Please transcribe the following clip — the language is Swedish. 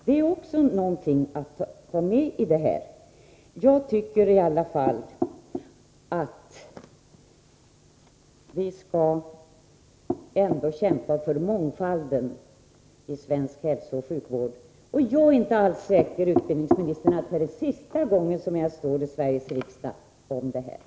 Det är också någonting som bör komma med i det här sammanhanget. Jag tycker att vi skall kämpa för mångfalden inom svensk hälsooch sjukvård, och jag är inte säker, utbildningsministern, på att det är sista gången som jag tar upp den här frågan i Sveriges riksdag.